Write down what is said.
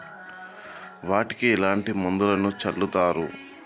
వాటికి ఎట్లాంటి మందులను చల్లుతరు?